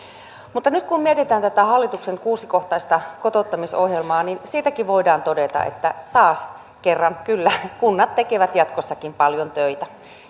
mutta nyt kun mietitään tätä hallituksen kuusikohtaista kotouttamisohjelmaa niin siitäkin voidaan todeta että taas kerran kyllä kunnat tekevät jatkossakin paljon töitä